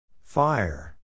Fire